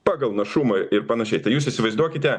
pagal našumą ir panašiai tai jūs įsivaizduokite